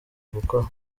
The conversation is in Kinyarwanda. gukora